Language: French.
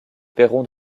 perron